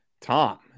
Tom